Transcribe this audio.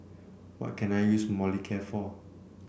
what can I use Molicare for